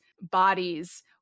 bodies